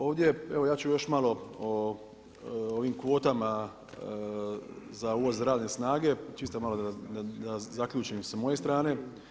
Ovdje evo ja ću još malo o ovim kvotama za uvoz radne snage, čisto malo da zaključim sa moje strane.